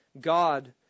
God